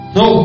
no